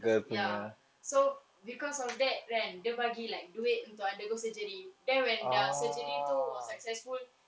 ya so because of that rant dia bagi like duit to undergo surgery then when the surgery tu was successful